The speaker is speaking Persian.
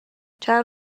چند